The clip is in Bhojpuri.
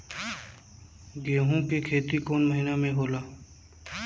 गेहूं के खेती कौन महीना में होला?